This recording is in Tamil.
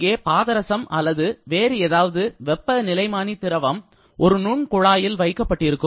இங்கே பாதரசம் அல்லது வேறு ஏதாவது வெப்பநிலைமானி திரவம் ஒரு நுண்குழாயில் வைக்கப்பட்டிருக்கும்